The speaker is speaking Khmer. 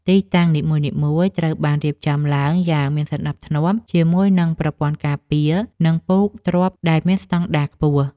ទីតាំងនីមួយៗត្រូវបានរៀបចំឡើងយ៉ាងមានសណ្ដាប់ធ្នាប់ ជាមួយនឹងប្រព័ន្ធការពារ និងពូកទ្រាប់ដែលមានស្ដង់ដារខ្ពស់។